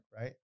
right